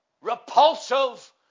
Repulsive